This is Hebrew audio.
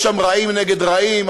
יש שם רעים נגד רעים,